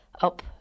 up